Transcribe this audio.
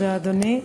תודה, אדוני.